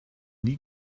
nie